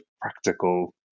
practical